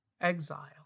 exile